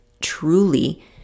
truly